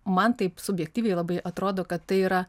man taip subjektyviai labai atrodo kad tai yra